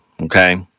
okay